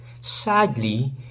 Sadly